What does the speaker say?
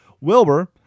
Wilbur